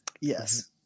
yes